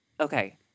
Okay